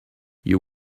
you